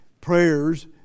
prayers